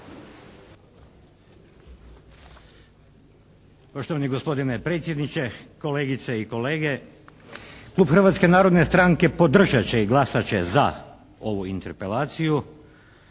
Poštovani gospodine predsjedniče, kolegice i kolege. Klub Hrvatske narodne stranke podržat će i glasat će za ovu interpelaciju